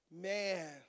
man